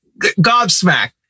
gobsmacked